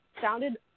sounded